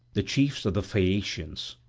the chiefs of the phaeacians.